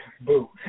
Boo